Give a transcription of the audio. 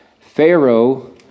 Pharaoh